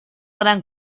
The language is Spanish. gran